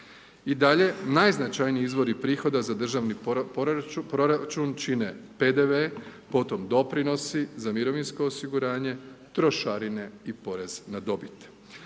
I dalje najznačajniji izvori prihoda za državni proračun čine PDV, potom doprinosi za mirovinsko osiguranje, trošarine i porez na dobit.